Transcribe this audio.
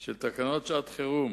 של תקנות שעת-חירום